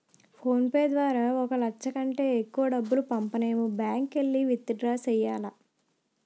phone pay ద్వారా ఒక లచ్చ కంటే ఎక్కువ డబ్బు పంపనేము బ్యాంకుకెల్లి విత్ డ్రా సెయ్యాల